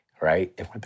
right